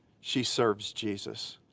she serves jesus.